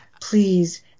please